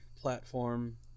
platform